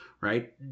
right